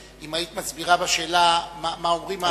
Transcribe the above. מסבירה בשאלה מה אומרים סעיפים 33ח ו-33ט.